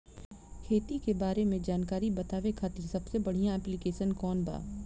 खेती के बारे में जानकारी बतावे खातिर सबसे बढ़िया ऐप्लिकेशन कौन बा?